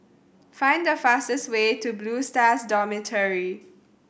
find the fastest way to Blue Stars Dormitory